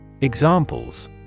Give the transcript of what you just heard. Examples